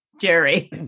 Jerry